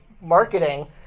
marketing